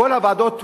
כל הוועדות הוקמו,